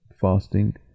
fasting